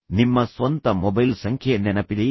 ನಿಮ್ಮ ಸ್ವಂತ ಮೊಬೈಲ್ ಸಂಖ್ಯೆ ನೆನಪಿದೆಯೇ